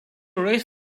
race